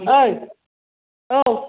ओइ औ